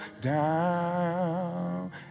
down